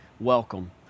Welcome